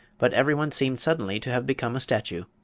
but everyone seemed suddenly to have become a statue.